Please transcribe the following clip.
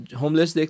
homeless